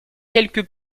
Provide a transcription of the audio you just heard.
quelque